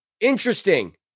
Interesting